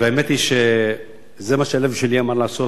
והאמת היא שזה מה שהלב שלי אמר לעשות